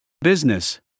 business